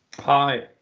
Hi